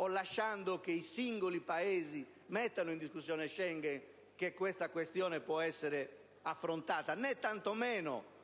o lasciando che i singoli Paesi mettano in discussione Schengen che questa questione può essere affrontata; né tantomeno